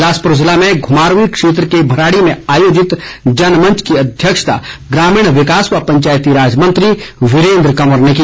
बिलासपुर जिले में घुमारवीं क्षेत्र के भराड़ी में आयोजित जनमंच की अध्यक्षता ग्रामीण विकास व पंचायती राज मंत्री वीरेन्द्र कंवर ने की